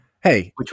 Hey